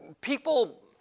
people